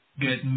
get